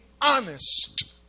honest